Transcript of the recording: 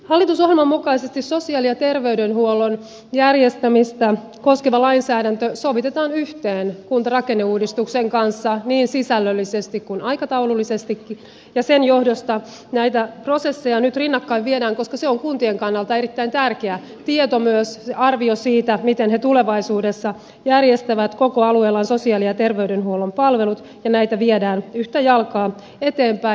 hallitusohjelman mukaisesti sosiaali ja terveydenhuollon järjestämistä koskeva lainsäädäntö sovitetaan yhteen kuntarakenneuudistuksen kanssa niin sisällöllisesti kuin aikataulullisestikin ja sen johdosta näitä prosesseja nyt rinnakkain viedään koska se on kuntien kannalta erittäin tärkeä tieto myös se arvio siitä miten ne tulevaisuudessa järjestävät koko alueellaan sosiaali ja terveydenhuollon palvelut ja näitä viedään yhtä jalkaa eteenpäin